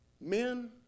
Men